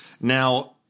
Now